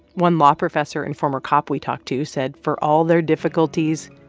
one law professor and former cop we talked to said for all their difficulties,